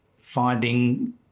finding